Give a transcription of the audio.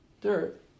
dirt